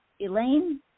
Elaine